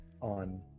on